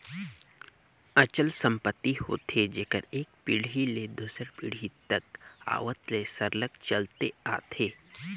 अचल संपत्ति होथे जेहर एक पीढ़ी ले दूसर पीढ़ी तक कर आवत ले सरलग चलते आथे